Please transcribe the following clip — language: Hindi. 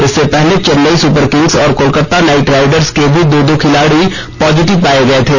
इससे पहले चेन्नई सुपर किंग्स और कोलकाता नाइट राइडर्स के भी दो दो खिलाड़ी पॉजिटिव पाए गए थे